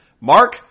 Mark